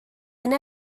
yna